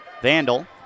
Vandal